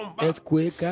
earthquake